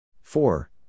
Four